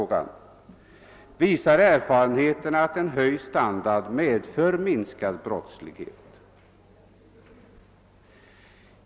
Visar erfarenheterna att en höjning av standarden medför en minskning av brottsligheten?